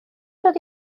dod